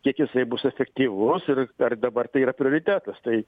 kiek jisai bus efektyvus ir ar dabar tai yra prioritetas tai